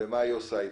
ומה היא עושה איתו.